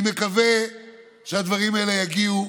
אני מקווה שהדברים האלה יגיעו